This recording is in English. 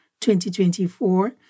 2024